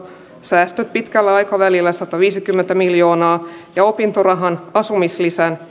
säästöt pitkällä aikavälillä sataviisikymmentä miljoonaa ja opintorahan asumislisän ja opintolainan